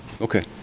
Okay